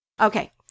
Okay